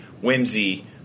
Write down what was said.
whimsy